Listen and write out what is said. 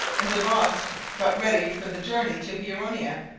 and davost got ready for the journey to huronia.